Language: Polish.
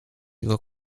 jego